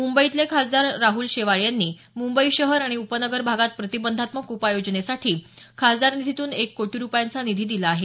मुंबईतले खासदार राहल शेवाळे यांनी मुंबई शहर आणि उपनगर भागात प्रतिबंधात्मक उपाययोजनेसाठी खासदार निधीतून एक कोटी रुपयांचा निधी दिला आहे